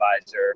advisor